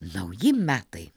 nauji metai